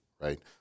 right